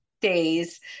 days